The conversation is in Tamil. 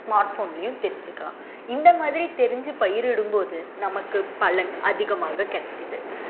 ஸ்மார்ட்போன்லேயும் தெரிஞ்சிக்கலாம் இந்த மாதிரி தெரிஞ்சு பயிரிடும் போது நமக்கு பலன் அதிகமாக கிடைக்குது